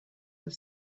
have